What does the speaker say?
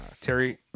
Terry